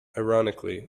ironically